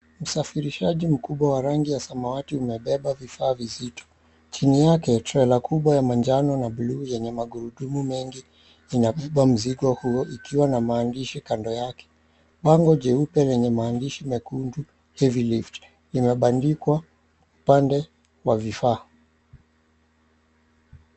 Usafirishaji mkubwa wa rangi ya samawati umebeba vifaa vizito. Chini yake, trela kubwa ya manjano na buluu yenye magurudumu mengi inabeba mzigo huo ikiwa na maandishi kando yake. Bango jeupe lenye maandishi mekundu HEAVY LIFT imebandikwa upande wa vifaa.